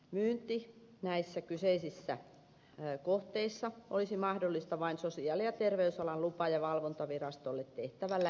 myynti näissä kyseisissä kohteissa olisi mahdollista vain sosiaali ja terveysalan lupa ja valvontavirastolle tehtävällä ilmoituksella